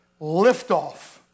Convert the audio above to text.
Liftoff